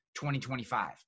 2025